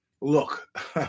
look